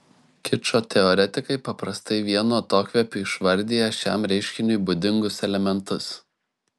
kičo teoretikai paprastai vienu atokvėpiu išvardija šiam reiškiniui būdingus elementus